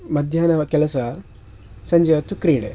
ಮಧ್ಯಾಹ್ನ ಕೆಲಸ ಸಂಜೆ ಹೊತ್ತು ಕ್ರೀಡೆ